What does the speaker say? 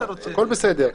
הכל בסדר.